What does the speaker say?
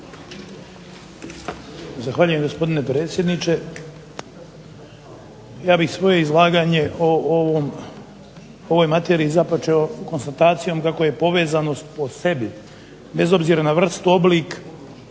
Zahvaljujem, gospodine predsjedniče. Ja bih svoje izlaganje o ovoj materiji započeo konstatacijom kako je povezanost po sebi bez obzira na vrstu i oblik